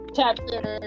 chapter